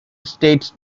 states